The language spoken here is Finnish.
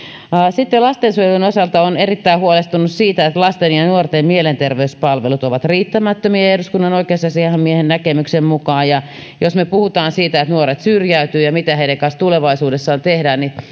sitten lastensuojelun osalta olen erittäin huolestunut siitä että lasten ja nuorten mielenterveyspalvelut ovat riittämättömiä eduskunnan oikeusasiamiehen näkemyksen mukaan jos me puhumme siitä että nuoret syrjäytyvät ja mitä heidän kanssaan tulevaisuudessa tehdään niin